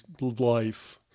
life